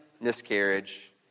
miscarriage